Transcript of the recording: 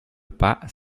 pas